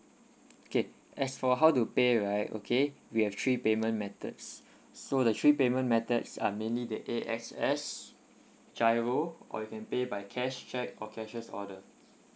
okay as for how to pay right okay we have three payment methods so the three payment methods are mainly the A_X_S GIRO or you can pay by cash cheque or cashier's order